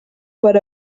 per